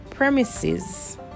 premises